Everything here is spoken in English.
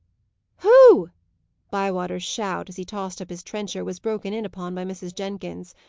hoo bywater's shout, as he tossed up his trencher, was broken in upon by mrs. jenkins.